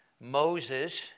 Moses